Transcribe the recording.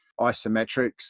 isometrics